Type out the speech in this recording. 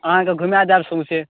अहाँके घुमा देब सौंसे